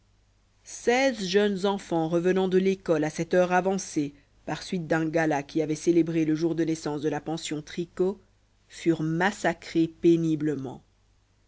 seize jeunes enfants revenant de l'école à cette heure avancée par suite d'un gala qui avait célébré le jour de naissance de la pension trîcot furent massacrés péniblement